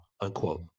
unquote